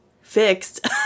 fixed